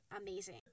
amazing